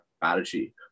strategy